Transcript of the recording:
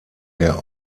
der